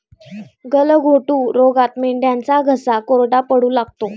गलघोटू रोगात मेंढ्यांचा घसा कोरडा पडू लागतो